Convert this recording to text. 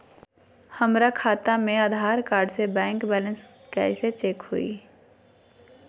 हमरा खाता में आधार कार्ड से बैंक बैलेंस चेक कैसे हुई?